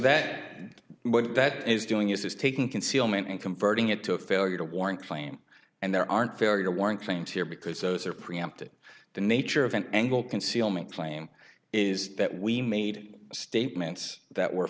what that is doing is taking concealment and converting it to a failure to warn claim and there aren't very rewarding things here because those are preempted the nature of an angle concealment claim is that we made statements that were